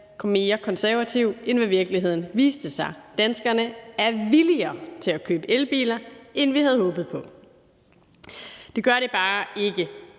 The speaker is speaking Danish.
mere konservative, end hvad virkeligheden viste sig at være. Danskerne er mere villige til at købe elbiler, end vi havde håbet på. Det gør det bare ikke